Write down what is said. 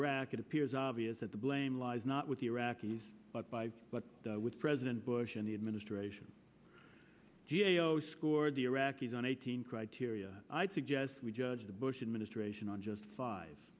iraq it appears obvious that the blame lies not with the iraqis but by what with president bush and the administration g a o scored the iraqis on eighteen criteria i'd suggest we judge the bush administration on just five